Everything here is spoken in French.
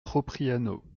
propriano